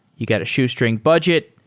you get a shoestring budget.